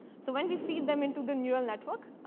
so when we feed them into the neural network,